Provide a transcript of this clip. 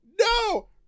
no